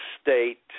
State